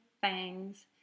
fangs